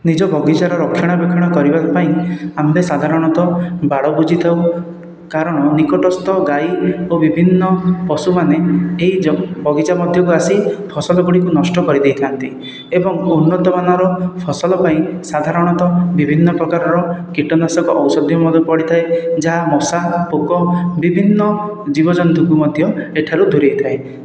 ନିଜ ବଗିଚାର ରକ୍ଷଣ ବେକ୍ଷଣ କରିବା ପାଇଁ ଆମ୍ଭେ ସାଧାରଣତଃ ବାଡ଼ ବୁଝିଥାଉ କାରଣ ନିକଟସ୍ଥ ଗାଈ ଓ ବିଭିନ୍ନ ପଶୁମାନେ ଏହି ବଗିଚା ମଧ୍ୟକୁ ଆସି ଫସଲ ଗୁଡ଼ିକୁ ନଷ୍ଟ କରିଦେଇଥାନ୍ତି ଏବଂ ଉନ୍ନତମାନର ଫସଲ ପାଇଁ ସାଧାରଣତଃ ବିଭିନ୍ନ ପ୍ରକାରର କୀଟନାଶକ ଔଷଧୀୟ ମଧ୍ୟ ପଡ଼ିଥାଏ ଯାହା ମଶା ପୋକ ବିଭିନ୍ନ ଜୀବଜନ୍ତୁଙ୍କୁ ମଧ୍ୟ ଏଠାରୁ ଦୂରାଇ ଥାଏ